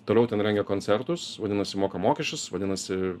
toliau ten rengia koncertus vadinasi moka mokesčius vadinasi